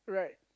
right